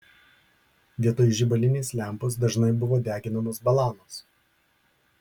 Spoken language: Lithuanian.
vietoj žibalinės lempos dažnai buvo deginamos balanos